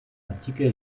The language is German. antiker